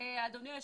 אדוני היושב-ראש,